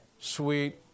sweet